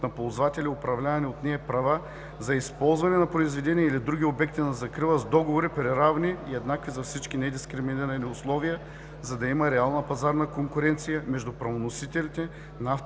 на ползватели с управлявани от тях права за използване на произведения или други обекти на закрила с договори при равни и еднакви за всички недискриминирани условия, за да има реална пазарна конкуренция между правоносителите на авторски